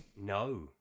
No